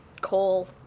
coal